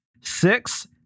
Six